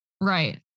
Right